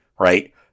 Right